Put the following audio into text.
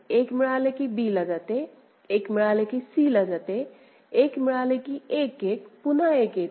1 मिळाले की b ला जाते 1 मिळाले की c ला जाते 1 मिळाले की 1 1 पुन्हा 1 येते